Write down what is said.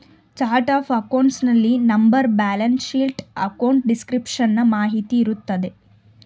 chart of accounts ನಲ್ಲಿ number, balance sheet, account description ನ ಮಾಹಿತಿ ಇರುತ್ತದೆ